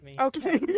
Okay